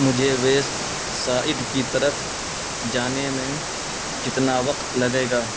مجھے west side کی طرف جانے میں کتنا وقت لگے گا